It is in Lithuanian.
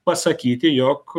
pasakyti jog